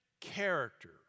character